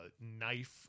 knife